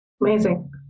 Amazing